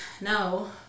No